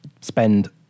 spend